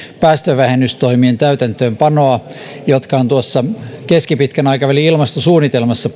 päästövähennystoimien täytäntöönpanoa jotka on puolestaan kuvattu keskipitkän aikavälin ilmastosuunnitelmassa